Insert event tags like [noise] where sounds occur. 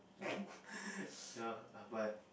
[laughs] ya uh but